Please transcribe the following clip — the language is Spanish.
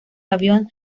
avión